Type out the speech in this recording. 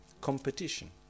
competition